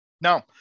No